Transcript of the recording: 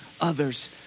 others